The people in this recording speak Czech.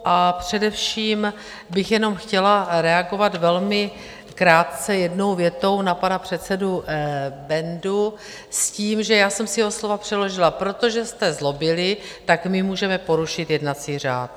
A především bych jenom chtěla reagovat velmi krátce jednou větou na pana předsedu Bendu s tím, že já jsem si jeho slova přeložila: protože jste zlobili, tak my můžeme porušit jednací řád.